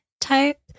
type